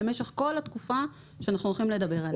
למשך כל התקופה שאנחנו הולכים לדבר עליה.